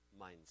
mindset